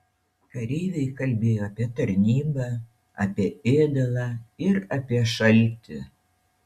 kareiviai kalbėjo apie tarnybą apie ėdalą ir apie šaltį